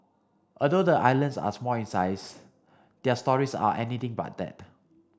although the islands are small in size their stories are anything but that